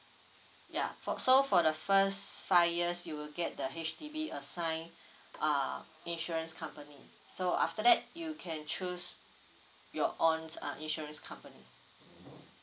ya for so for the first five years you will get the H_D_B assign uh insurance company so after that you can choose your owns uh insurance company